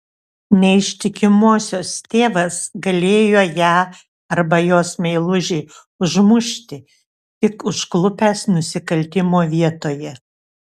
neištikimosios tėvas galėjo ją arba jos meilužį užmušti tik užklupęs nusikaltimo vietoje